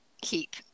keep